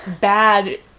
bad